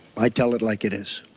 i tell it like it is.